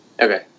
Okay